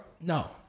No